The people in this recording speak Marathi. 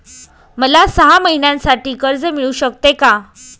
मला सहा महिन्यांसाठी कर्ज मिळू शकते का?